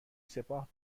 سپاه